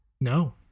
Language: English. No